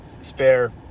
spare